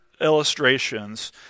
illustrations